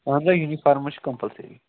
اَہَن سا یوٗنِفارَم ہا چھِ کَمٛپَلسری